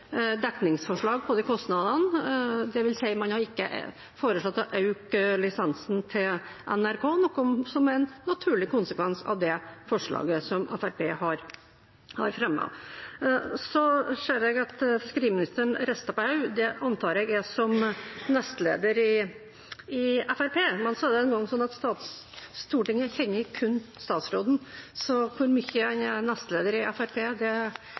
dekningsforslag på de kostnadene. Det vil si: Man har ikke foreslått å øke lisensen til NRK, noe som er en naturlig konsekvens av det forslaget som Fremskrittspartiet har fremmet. Jeg ser at fiskeriministeren rister på hodet, og det antar jeg er som nestleder i Fremskrittspartiet. Men det er engang sånn at Stortinget kjenner kun statsråden, så uansett hvor mye han er nestleder i Fremskrittspartiet, hjelper det